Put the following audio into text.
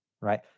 right